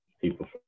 people